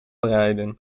bereiden